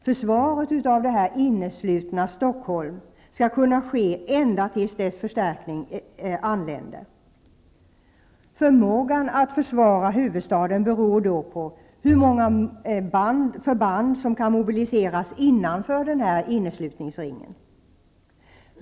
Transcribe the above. Försvaret av detta inneslutna Stockholm skall kunna ske ända till dess förstärkning anländer. Förmågan att försvara huvudstaden beror då på hur många förband som kan mobiliseras innanför ''inneslutningsringen''.